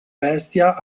bestia